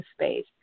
space